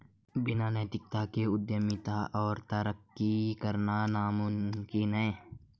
बिना नैतिकता के उद्यमिता में तरक्की करना नामुमकिन है